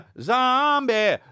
zombie